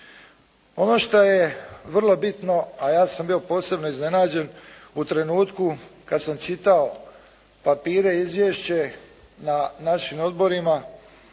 Ono što je vrlo bitno a ja sam bio posebno iznenađen u trenutku kad sam čitao papire i izvješće na našim odborima